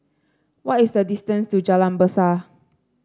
what is the distance to Jalan Besar